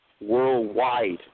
worldwide